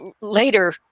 later